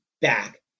back